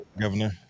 Governor